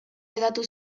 hedatu